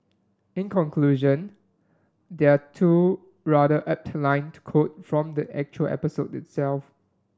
in conclusion there are two rather apt line to quote from the actual episode itself